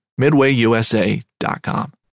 MidwayUSA.com